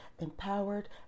empowered